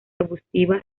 arbustiva